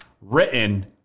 written